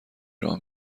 راه